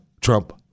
Trump